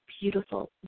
beautiful